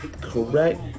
correct